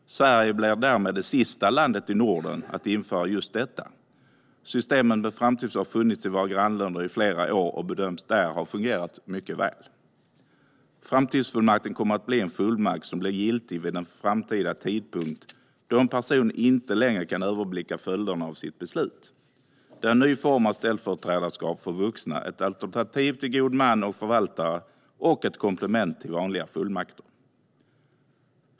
Sverige blir därmed det sista landet i Norden att införa just detta. Systemet med framtidsfullmakter har funnits i våra grannländer i flera år och bedöms där ha fungerat mycket bra. Framtidsfullmakten är en fullmakt som blir giltig vid en framtida tidpunkt då en person inte längre kan överblicka följderna av sitt beslut. Det är en ny form av ställföreträdarskap för vuxna och utgör ett alternativ till god man och förvaltare och ett komplement till vanliga fullmakter.